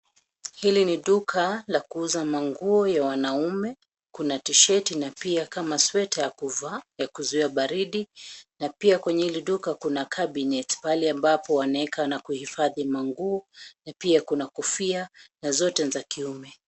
Hili ni duka la kuuza manguo ya wanaume kuna tisheti, na pia kama sweta ya kuvaa ya kuzuia baridi, na pia kwenye hili duka kuna cabinet pale ambapo wanaeka na kuhifadhi manguo, na pia kuna kofia na zote ni za kiume.